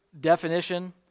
definition